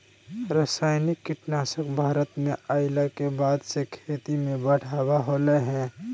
रासायनिक कीटनासक भारत में अइला के बाद से खेती में बढ़ावा होलय हें